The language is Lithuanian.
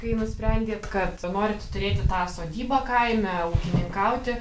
kai nusprendėt kad norit turėti tą sodybą kaime ūkininkauti